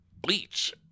bleach